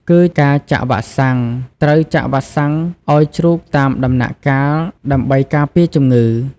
គីការចាក់វ៉ាក់សាំង ត្រូវចាក់វ៉ាក់សាំងឲ្យជ្រូកតាមដំណាក់កាលដើម្បីការពារជំងឺ។